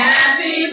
Happy